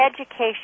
education